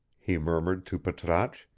he murmured to patrasche,